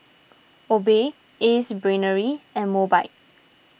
Obey Ace Brainery and Mobike